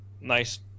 nice